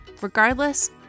regardless